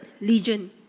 Legion